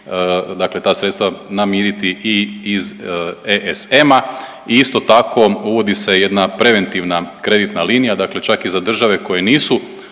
dakle ta sredstva namiriti i iz ESM-a. Isto tako uvodi se jedna preventivna kreditna linija, dakle čak i za države koje nisu